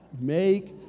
Make